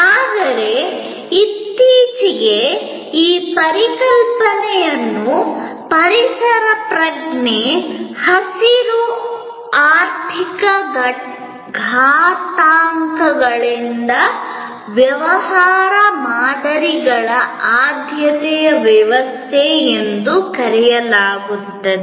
ಆದರೆ ಇತ್ತೀಚೆಗೆ ಈ ಪರಿಕಲ್ಪನೆಯನ್ನು ಪರಿಸರ ಪ್ರಜ್ಞೆ ಹಸಿರು ಆರ್ಥಿಕ ಘಾತಾಂಕಗಳಿಂದ ವ್ಯಾಪಾರ ಮಾದರಿಗಳ ಆದ್ಯತೆಯ ವ್ಯವಸ್ಥೆ ಎಂದು ಕರೆಯಲಾಗುತ್ತದೆ